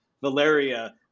Valeria